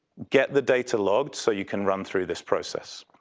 get the data logged so you can run through this process.